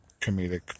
comedic